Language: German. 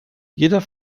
jeder